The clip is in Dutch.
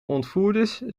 ontvoerders